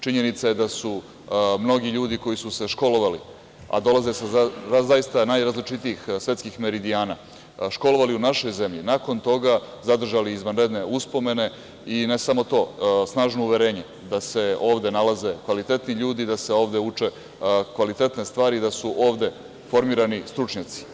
Činjenica je da su mnogi ljudi koji su se školovali u našoj zemlji, a dolaze sa zaista najrazličitijih svetskih meridijana, nakon toga zadržali izvanredne uspomene, i ne samo to, snažno uverenje da se ovde nalaze kvalitetni ljudi i da se ovde uče kvalitetne stvari i da su ovde formirani stručnjaci.